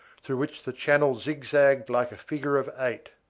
through which the channel zigzagged like a figure of eight,